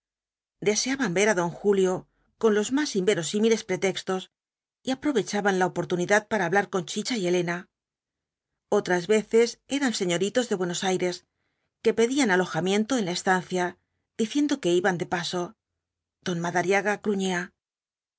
deseaban verá don julio con los más inverosímiles pretextos y aprcvechaban la oportunidad para hablar con chicha y elena otras veces eran señoritos de buenos aires que pedían alojamiento en la estancia diciendo que iban de paso don madariaga gruñía